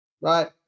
right